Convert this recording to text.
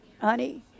honey